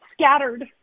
scattered